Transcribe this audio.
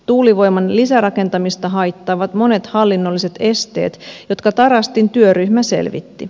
tuulivoiman lisärakentamista haittaavat monet hallinnolliset esteet jotka tarastin työryhmä selvitti